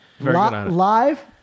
live